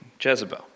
Jezebel